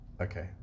Okay